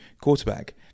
quarterback